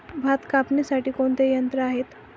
भात कापणीसाठी कोणते यंत्र आहे?